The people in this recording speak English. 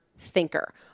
thinker